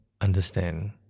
understand